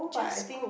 just go